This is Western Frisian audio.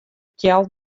kjeld